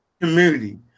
community